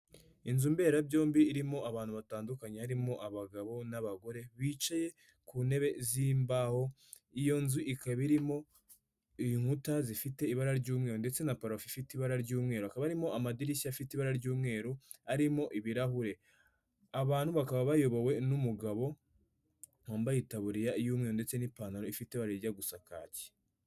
Inzu mbera byombi irimo abantu batandukanye harimo abagabo n'abagore bicaye ku ntebe z'imbaho iyo nzu ikaba irimo inkuta zifite ibara ry'umweru ndetse na parafo ifite ibara ry'umweru hakaba arimo amadirishya afite ibara ry'umweru arimo ibirahure abantu bakaba bayobowe n'umugabo wambaye itaburiya y'umweru ndetse n'ipantaro ifite bara rijya gusa kaki.